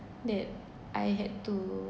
that I had to